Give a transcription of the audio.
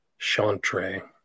Chantre